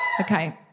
Okay